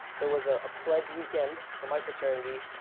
there was a pledge weekend for my fraternity,